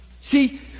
See